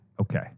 okay